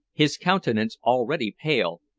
his countenance, already pale,